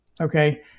okay